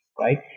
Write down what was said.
right